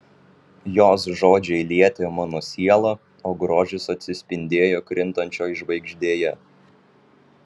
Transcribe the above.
jos žodžiai lietė mano sielą o grožis atsispindėjo krintančioj žvaigždėje